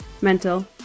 mental